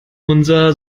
unser